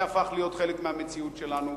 זה הפך להיות חלק מהמציאות שלנו,